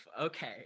okay